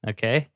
Okay